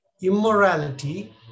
immorality